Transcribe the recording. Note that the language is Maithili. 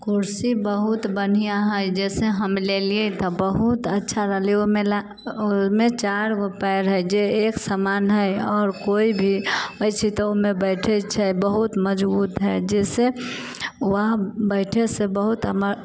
कुर्सी बहुत बढ़िआँ हइ जइसे हम लेलिए तऽ बहुत अच्छा रहलै ओहिमे चारिगो पाएर हइ जे एकसमान हइ आओर कोइभी आइ छै तऽ ओहिमे बैठे छै बहुत मजबूत हइ जइसे वह बैठेसँ बहुत हमर